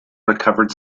recovered